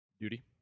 duty